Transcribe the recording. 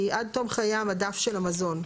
היא עד תום חיי המדף של המזון.